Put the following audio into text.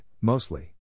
mostly